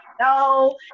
no